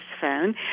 phone